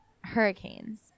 hurricanes